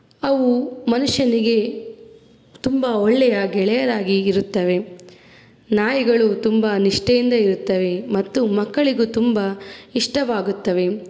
ಅವು ಮನುಷ್ಯನಿಗೆ ತುಂಬ ಒಳ್ಳೆಯ ಗೆಳೆಯರಾಗಿ ಇರುತ್ತವೆ ನಾಯಿಗಳು ತುಂಬ ನಿಷ್ಠೆಯಿಂದ ಇರುತ್ತವೆ ಮತ್ತು ಮಕ್ಕಳಿಗೂ ತುಂಬ ಇಷ್ಟವಾಗುತ್ತವೆ